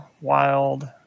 Wild